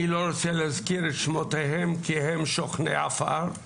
אני לא רוצה להזכיר את שמותיהם כי הם שוכני עפר,